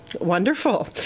Wonderful